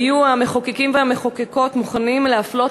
היו המחוקקים והמחוקקות מוכנים להפלות